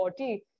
40